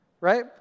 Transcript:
Right